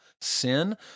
sin